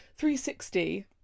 360